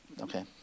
Okay